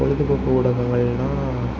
பொழுது போக்கு ஊடகங்கள்னால்